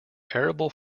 arable